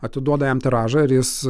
atiduoda jam tiražą ir jis